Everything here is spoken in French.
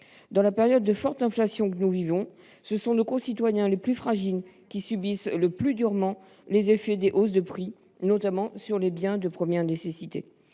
Dans la période de forte inflation que nous connaissons, ce sont nos concitoyens les plus fragiles qui subissent le plus durement les effets de la hausse des prix, notamment ceux des biens de première nécessité.